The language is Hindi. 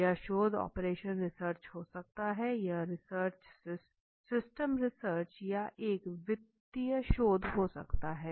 यह शोध ऑपरेशन रिसर्च हो सकता है यह सिस्टम रिसर्च या एक वित्तीय शोध हो सकता है